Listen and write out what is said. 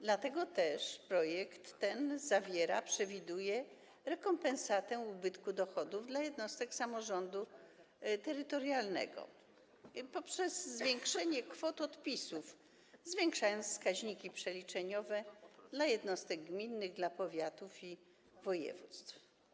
Dlatego też projekt ten przewiduje rekompensatę ubytku dochodów dla jednostek samorządu terytorialnego poprzez zwiększenie kwot odpisów, zwiększając wskaźniki przeliczeniowe dla jednostek gminnych, dla powiatów i województw.